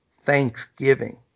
Thanksgiving